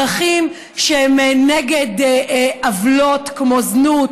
ערכים שהם נגד עוולות כמו זנות,